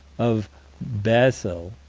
of basle,